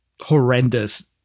horrendous